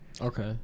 Okay